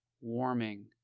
warming